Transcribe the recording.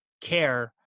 care